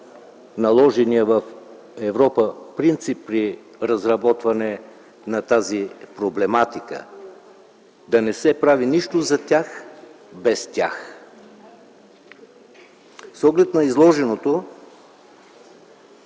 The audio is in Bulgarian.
наложения в Европа принцип: при разработване на тази проблематика да не се прави нищо за тях без тях. С оглед на изложеното,